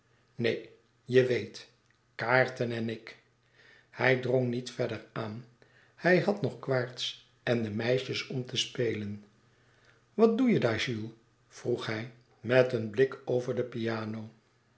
neen je weet kaarten en ik hij drong niet verder aan hij had nog quaerts en de meisjes om te spelen wat doe je daar jules vroeg hij met een blik over de piano